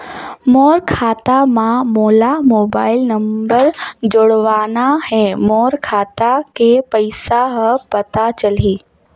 मोर खाता मां मोला मोबाइल नंबर जोड़वाना हे मोर खाता के पइसा ह पता चलाही?